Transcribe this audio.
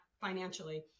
financially